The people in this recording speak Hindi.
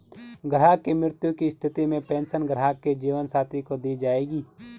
ग्राहक की मृत्यु की स्थिति में पेंशन ग्राहक के जीवन साथी को दी जायेगी